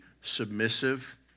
submissive